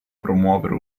promuovere